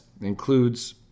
includes